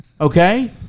Okay